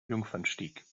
jungfernstieg